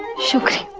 should